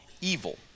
evil